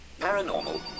paranormal